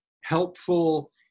helpful